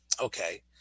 Okay